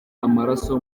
amaraso